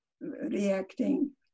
reacting